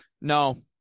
No